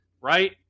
right